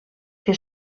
que